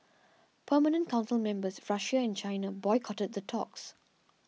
permanent council members Russia and China boycotted the talks